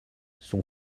son